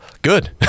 good